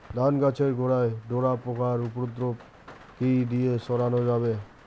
ধান গাছের গোড়ায় ডোরা পোকার উপদ্রব কি দিয়ে সারানো যাবে?